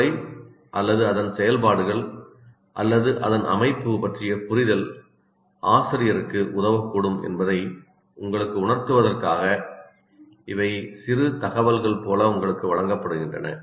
மூளை அல்லது அதன் செயல்பாடுகள் அல்லது அதன் அமைப்பு பற்றிய புரிதல் ஆசிரியருக்கு உதவக்கூடும் என்பதை உங்களுக்கு உணர்த்துவதற்காக இவை சிறு தகவல்கள் போல உங்களுக்கு வழங்கப்படுகின்றன